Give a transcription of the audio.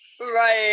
Right